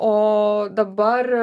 o dabar